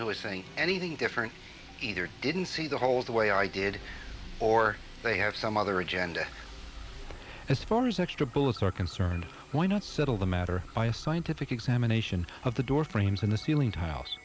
who is saying anything different either didn't see the holes the way i did or they have some other agenda as far as extra bullets are concerned why not settle the matter by a scientific examination of the door frames in the ceiling